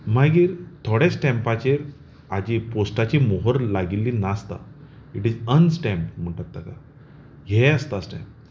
मागीर थोडे स्टॅम्पाचेर हाची पोस्टाची मोहर लागिल्ली नासता इट इज अनस्टॅम्पड म्हणटात ताका हे आसता स्टॅम्प